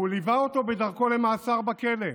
הוא ליווה אותו בדרכו למאסר בכלא,